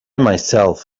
myself